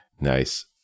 Nice